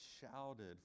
shouted